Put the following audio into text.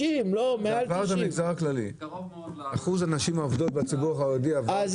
מעל 90%. אחוז הנשים העובדות בציבור החרדי עבר את המגזר הכללי.